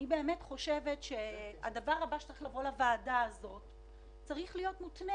אני חושבת שהדבר הבא שצריך לבוא לוועדה הזאת צריך להיות מותנה